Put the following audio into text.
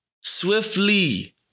Swiftly